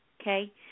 okay